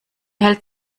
hält